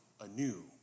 anew